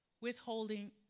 withholding